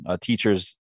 teacher's